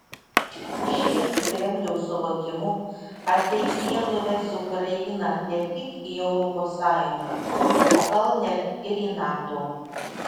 šie kremliaus suvokimu ateityje nuves ukrainą ne tik į europos sąjungą o gal net ir į nato